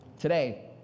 today